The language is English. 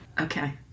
Okay